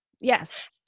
Yes